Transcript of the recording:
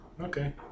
Okay